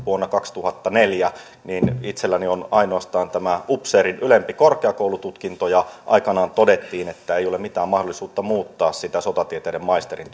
vuonna kaksituhattaneljä niin itselläni on ainoastaan tämä upseerin ylempi korkeakoulututkinto ja aikanaan todettiin että ei ole mitään mahdollisuutta muuttaa sitä sotatieteiden maisterin